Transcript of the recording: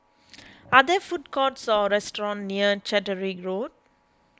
are there food courts or restaurants near Catterick Road